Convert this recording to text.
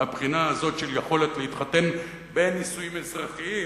מהבחינה הזאת של יכולת להתחתן בנישואים אזרחיים,